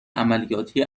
عملیاتی